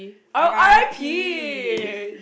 R_I_P